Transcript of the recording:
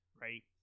Right